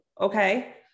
okay